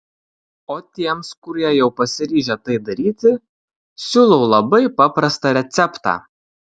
o tiems kurie jau pasiryžę tai daryti siūlau labai paprastą receptą